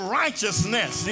righteousness